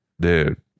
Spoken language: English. dude